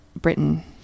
Britain